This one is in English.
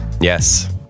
Yes